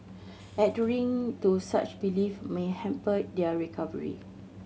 adhering to such belief may hamper their recovery